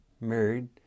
married